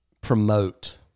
promote